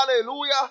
hallelujah